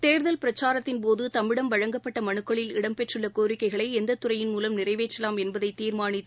தேர்தல் பிரச்சாரத்தின் போதுதம்மிடம் வழங்கப்பட்டமனுக்களில் இடம் பெற்றுள்ளகோரிக்கைகளை எந்தத்துறையின் மூலம் நிறைவேற்றலாம் என்பதைதீர்மானித்து